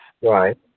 Right